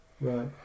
Right